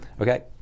okay